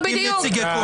בדיוק.